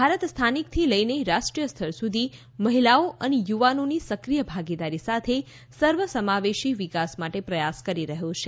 ભારત સ્થાનિકથી લઈને રાષ્ટ્રીય સ્તર સુધી મહિલાઓ અને યુવાનોની સક્રિય ભાગીદારી સાથે સર્વસમાવેશી વિકાસ માટે પ્રયાસ કરી રહ્યો છે